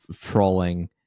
trolling